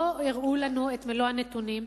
לא הראו לנו את מלוא הנתונים,